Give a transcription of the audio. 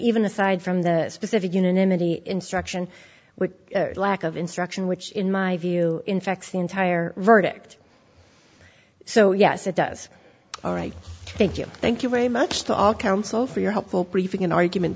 even aside from the specific unanimity instruction which lack of instruction which in my view infects the entire verdict so yes it does all right thank you thank you very much to our council for your help for briefing an argument